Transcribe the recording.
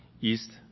east